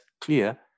clear